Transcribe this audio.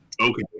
Okay